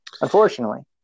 Unfortunately